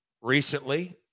recently